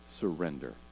surrender